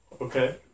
Okay